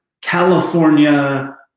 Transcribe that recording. California